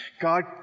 God